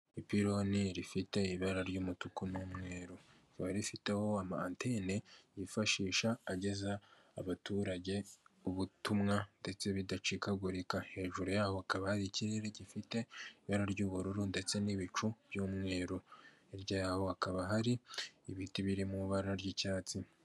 Ipironi rifite ibara ry'umutuku n'umweru riba rifiteho ama antene yifashishwa agezaho abaturage ubutumwa ndetse bidacikagurika, hejuru yawo hakaba ari ikirere gifite ibara ry'ubururu, ndetse n'ibicu by'umweru hakaba hari ibiti biri mu ibara ry'icyatsi.